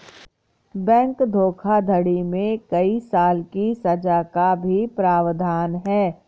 bank धोखाधड़ी में कई साल की सज़ा का भी प्रावधान है